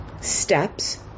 steps